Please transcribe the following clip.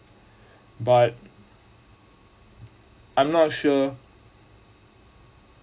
but I'm not sure